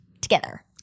together